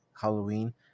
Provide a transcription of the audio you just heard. Halloween